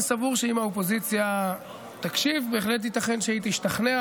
אני סבור שאם האופוזיציה תקשיב בהחלט ייתכן שהיא תשתכנע,